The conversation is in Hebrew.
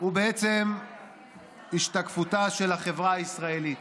הוא בעצם השתקפותה של החברה הישראלית.